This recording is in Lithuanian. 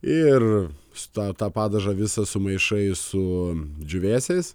ir su tą tą padažą visą sumaišai su džiūvėsiais